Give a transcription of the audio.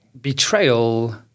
betrayal